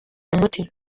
umuti